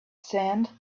sand